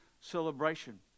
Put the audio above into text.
celebration